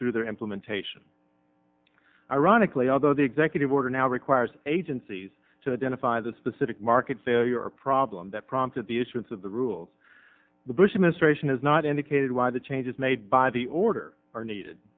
through their implementation ironically although the executive order now requires agencies to identify the specific market failure problem that prompted the issuance of the rules the bush administration has not indicated why the changes made by the order are needed